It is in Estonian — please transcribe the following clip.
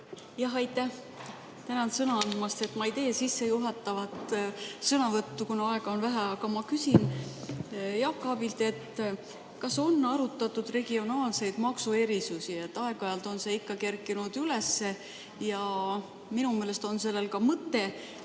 Aitäh! Tänan sõna andmast! Ma ei tee sissejuhatavat sõnavõttu, kuna aega on vähe. Aga ma küsin Jaak Aabilt, kas on arutatud regionaalseid maksuerisusi. Aeg-ajalt on see ikka kerkinud üles ja minu meelest on sellel ka mõte.